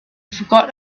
forgot